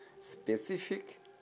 specific